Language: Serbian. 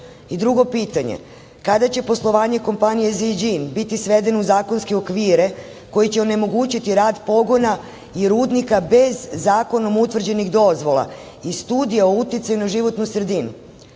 to? Drugo pitanje – kada će poslovanje kompanije Ziđin biti svedeno u zakonske okvire koji će onemogućiti rad pogona i rudnika bez zakonom utvrđenih dozvola i studija uticaja na životnu sredinu,